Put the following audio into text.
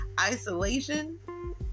isolation